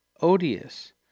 odious